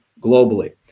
globally